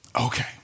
okay